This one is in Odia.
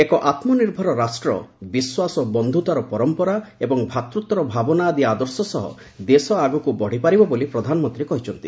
ଏକ ଆତ୍କନିର୍ଭର ରାଷ୍ଟ୍ର ବିଶ୍ୱାସ ଓ ବନ୍ଧୁତାର ପରମ୍ମରା ଏବଂ ଭ୍ରାତୃତ୍ୱର ଭାବନା ଆଦି ଆଦର୍ଶ ସହ ଦେଶ ଆଗକୁ ବଢ଼ିପାରିବ ବୋଲି ପ୍ରଧାନମନ୍ତୀ କହିଛନ୍ତି